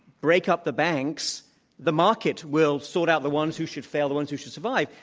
break up the banks the market will sort out the ones who should fail, the ones who should survive.